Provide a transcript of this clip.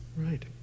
Right